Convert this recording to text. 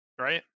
right